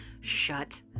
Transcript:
Shut